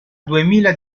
duemila